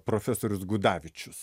profesorius gudavičius